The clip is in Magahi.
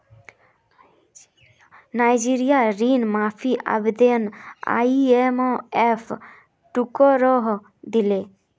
नाइजीरियार ऋण माफी आवेदन आईएमएफ ठुकरइ दिले